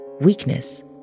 Weakness